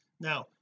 now